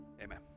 Amen